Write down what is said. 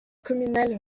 communale